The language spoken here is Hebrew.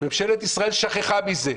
ממשלת ישראל שכחה מזה.